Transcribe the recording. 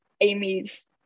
Amy's